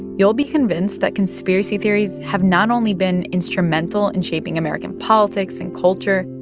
you'll be convinced that conspiracy theories have not only been instrumental in shaping american politics and culture,